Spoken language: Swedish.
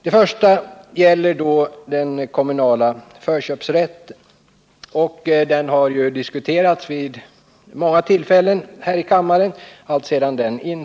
Det första gäller den kommunala förköpsrätten. Alltsedan den infördes har den diskuterats vid många tillfällen här i kammaren.